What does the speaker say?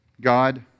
God